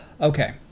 Okay